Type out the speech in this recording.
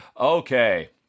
Okay